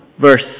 Verse